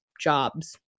jobs